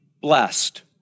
blessed